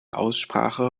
aussprache